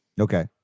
Okay